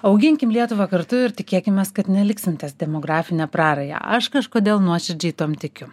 auginkim lietuvą kartu ir tikėkimės kad neliksim ties demografine praraja aš kažkodėl nuoširdžiai tuom tikiu